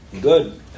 Good